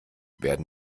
werden